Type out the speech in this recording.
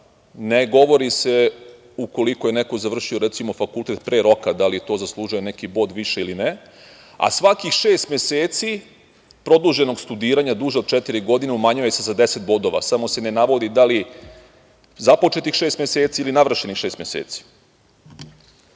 Ne govori se ukoliko je neko završio, recimo, fakultet pre roka, da li to zaslužuje neki bod više ili ne, a svakih šest meseci produženog studiranja, duže od četiri godine, umanjuje se za 10 bodova. Samo se ne navodi da li započetih šest meseci ili navršenih šest meseci. Ono